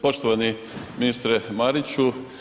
Poštovani ministre Mariću.